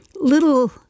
little